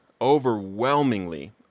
overwhelmingly